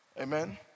Amen